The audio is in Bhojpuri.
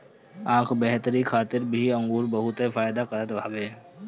आँख बेहतरी खातिर भी अंगूर बहुते फायदा करत हवे